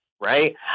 right